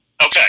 Okay